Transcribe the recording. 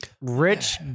rich